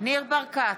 ניר ברקת,